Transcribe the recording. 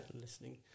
listening